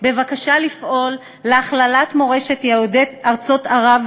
בבקשה לפעול להכללת מורשת יהודי ארצות ערב,